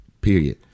Period